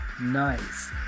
Nice